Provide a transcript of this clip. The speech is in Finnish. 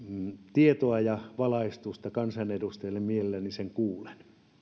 tietoa ja valaistusta kansanedustajille niin mielelläni sen kuulen